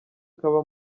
kaba